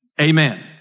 amen